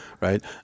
right